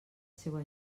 seua